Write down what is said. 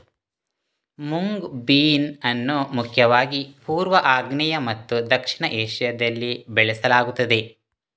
mung bean ಅನ್ನು ಮುಖ್ಯವಾಗಿ ಪೂರ್ವ, ಆಗ್ನೇಯ ಮತ್ತು ದಕ್ಷಿಣ ಏಷ್ಯಾದಲ್ಲಿ ಬೆಳೆಸಲಾಗುತ್ತದೆ